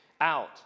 out